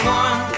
one